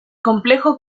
complejo